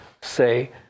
say